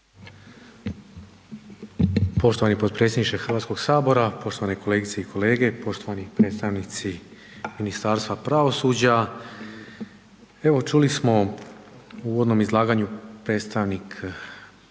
Poštovani potpredsjedniče Hrvatskog sabora, poštovane kolegice i kolege, poštovani predstavnici Ministarstva pravosuđa, evo čuli smo u uvodnom izlaganju predstavnik predlagatelja